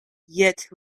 yet